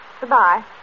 Goodbye